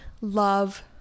love